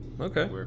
Okay